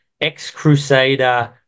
ex-Crusader